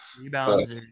rebounds